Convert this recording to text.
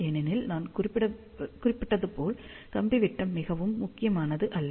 ஏனெனில் நான் குறிப்பிட்டது போல் கம்பி விட்டம் மிகவும் முக்கியமானது அல்ல